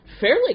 fairly